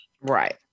Right